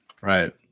right